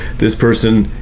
this person,